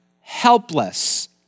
helpless